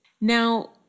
Now